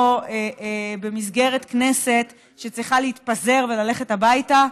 במסגרת כנסת שצריכה להתפזר וללכת הביתה,